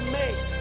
make